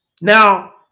Now